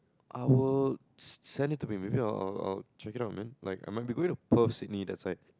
I will send it to me maybe I'll I'll check it out man like I might be going to Perth Sydney that's why